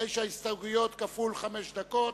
תשע הסתייגויות כפול חמש דקות,